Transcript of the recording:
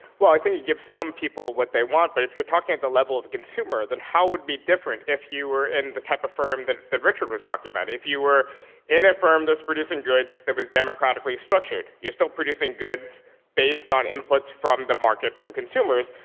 well, i think it gives some people what they want, but if you're talking at the level of a consumer, than how would it be different if you were in the type of firm that that richard was talking about, if you were in a firm that's producing goods, that was democratically structured. you're still producing goods based on inputs from the market from consumers.